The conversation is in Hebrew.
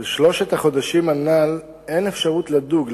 בשלושת החודשים הנ"ל אין אפשרות לדוג.